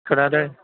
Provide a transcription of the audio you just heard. खोनादों